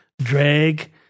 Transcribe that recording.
drag